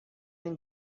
این